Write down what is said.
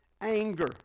anger